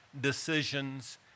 decisions